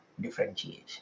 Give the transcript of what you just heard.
differentiation